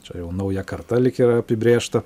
čia jau nauja karta lyg ir apibrėžta